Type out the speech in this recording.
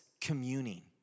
communing